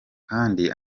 kandi